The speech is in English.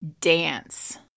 dance